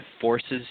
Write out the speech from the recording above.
forces